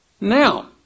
now